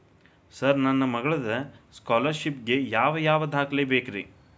Sir ನನ್ನ ಮಗ್ಳದ scholarship ಗೇ ಯಾವ್ ಯಾವ ದಾಖಲೆ ಬೇಕ್ರಿ?